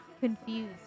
confused